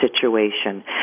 situation